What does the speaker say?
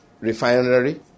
Refinery